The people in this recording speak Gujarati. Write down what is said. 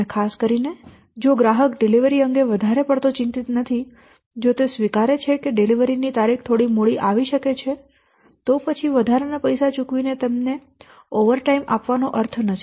અને ખાસ કરીને જો ગ્રાહક ડિલિવરી અંગે વધારે પડતો ચિંતિત નથી જો તે સ્વીકારે છે કે ડિલિવરી ની તારીખ થોડી મોડી આવી શકે છે તો પછી વધારાના પૈસા ચૂકવીને તેમને ઓવરટાઇમ આપવાનો અર્થ નથી